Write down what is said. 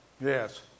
Yes